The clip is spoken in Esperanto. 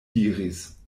diris